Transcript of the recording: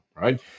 right